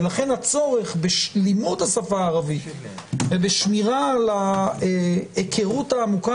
לכן הצורך בלימוד השפה הערבית ובשמירה על ההיכרות העמוקה